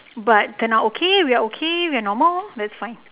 but they are okay we are okay we're normal that's fine